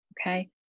Okay